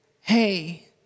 hey